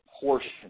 portion